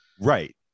right